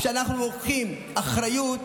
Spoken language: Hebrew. כשאנחנו לוקחים אחריות,